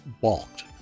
balked